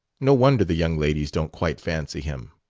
no wonder the young ladies don't quite fancy him.